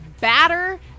batter